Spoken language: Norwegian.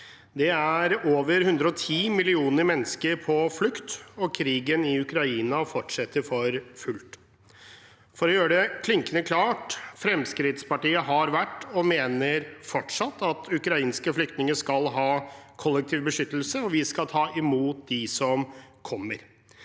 Det er over 110 millioner mennesker på flukt, og krigen i Ukraina fortsetter for fullt. For å gjøre det klinkende klart: Fremskrittspartiet har ment og mener fortsatt at ukrainske flyktninger skal ha kollektiv beskyttelse, og vi skal ta imot dem som kommer.